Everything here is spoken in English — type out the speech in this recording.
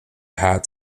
hat